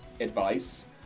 advice